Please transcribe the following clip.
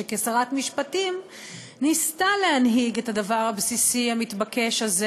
שכשרת משפטים ניסתה להנהיג את הדבר הבסיסי המתבקש הזה